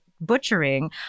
butchering